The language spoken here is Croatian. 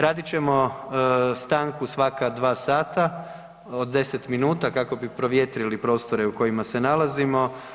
Radit ćemo stanku svaka 2 sata od 10 minuta kako bi provjetrili prostore u kojima se nalazimo.